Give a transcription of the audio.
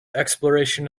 exploration